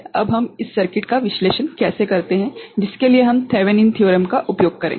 अब हम इस सर्किट का विश्लेषण कैसे करते हैं जिसके लिए हम थेवेनिन के प्रमेयThevenin's Theorem का उपयोग करेंगे